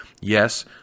Yes